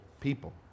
people